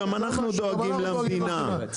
גם אנחנו דואגים למדינה,